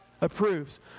approves